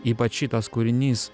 ypač šitas kūrinys